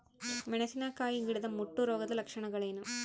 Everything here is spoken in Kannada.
ಮೆಣಸಿನಕಾಯಿ ಗಿಡದ ಮುಟ್ಟು ರೋಗದ ಲಕ್ಷಣಗಳೇನು?